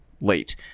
late